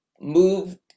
Move